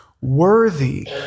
worthy